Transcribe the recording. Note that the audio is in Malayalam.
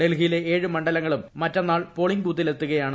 ഡൽഹിയിലെ ഏഴ് മണ്ഡലങ്ങളും മറ്റന്നാൾ പോളിംഗ് ബൂത്തിലെത്തുകയാണ്